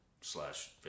slash